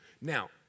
Now